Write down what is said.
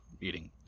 eating